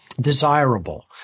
desirable